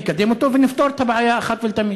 נקדם אותו ונפתור את הבעיה אחת ולתמיד.